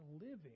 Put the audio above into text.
living